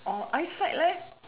or eyesight